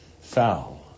Foul